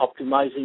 optimizing